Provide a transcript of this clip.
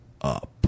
up